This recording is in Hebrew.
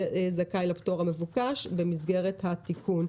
יהיה זכאי לפטור למבוקש במסגרת התיקון.